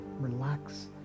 relax